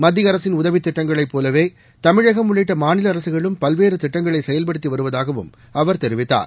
மத்தியஅரசின் உதவித் திட்டங்களைப் போலவேதமிழகம் உள்ளிட்டமாநிலஅரசுகளும் பல்வேறுதிட்டங்களைசெயல்படுத்திவருவதாகவும் அவர் தெரிவித்தார்